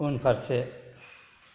उनफारसे